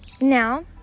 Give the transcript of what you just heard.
now